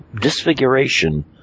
disfiguration